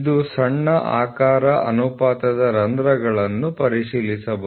ಇದು ಸಣ್ಣ ಆಕಾರ ಅನುಪಾತದ ರಂಧ್ರಗಳನ್ನು ಪರಿಶೀಲಿಸಬಹುದು